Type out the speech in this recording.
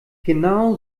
genau